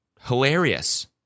Hilarious